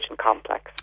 Complex